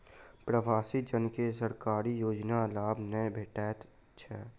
प्रवासी जन के सरकारी योजनाक लाभ नै भेटैत छै